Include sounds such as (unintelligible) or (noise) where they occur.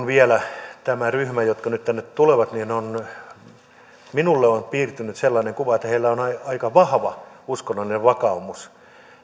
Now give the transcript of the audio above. (unintelligible) vielä tästä ryhmästä joka nyt tänne tulee että minulle on piirtynyt sellainen kuva että heillä on aika vahva uskonnollinen vakaumus